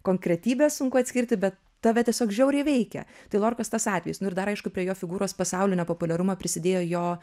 konkretybes sunku atskirti bet tave tiesiog žiauriai veikia tai lorkas tas atvejis nu ir dar aišku prie jo figūros pasaulinio populiarumo prisidėjo jo